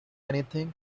anything